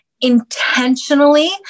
intentionally